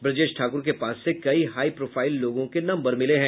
ब्रजेश ठाकुर के पास से कई हाई प्रोफाइल लोगों के नम्बर मिले है